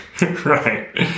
Right